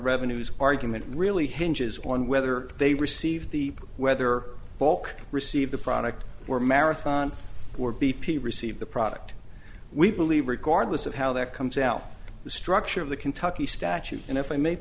revenue is argument really hinges on whether they receive the whether bulk receive the product or marathon or b p receive the product we believe regardless of how that comes out the structure of the kentucky statute and if i may